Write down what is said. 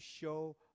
show